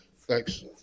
Thanks